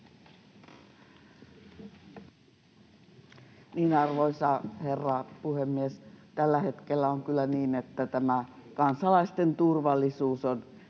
Arvoisa herra puhemies! Tällä hetkellä on kyllä niin, että tämä kansalaisten turvallisuus on